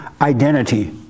identity